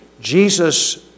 Jesus